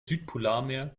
südpolarmeer